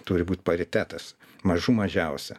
turi būt paritetas mažų mažiausia